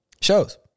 Shows